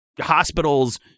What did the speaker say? hospitals